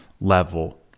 level